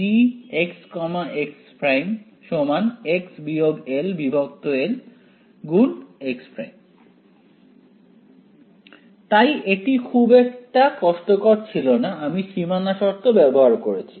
Gx x′ x′ x x′ তাই এটি খুব একটা কষ্টকর ছিল না আমি সীমানা শর্ত ব্যবহার করেছি